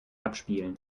abspielen